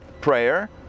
prayer